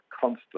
constant